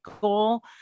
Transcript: goal